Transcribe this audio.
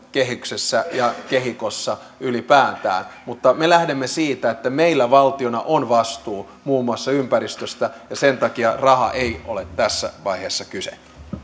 kehyksessä ja kehikossa ylipäätään mutta me lähdemme siitä että meillä valtiona on vastuu muun muassa ympäristöstä ja sen takia rahasta ei ole tässä vaiheessa kyse